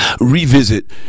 revisit